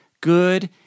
good